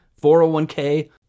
401k